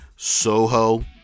Soho